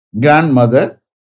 grandmother